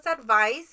advice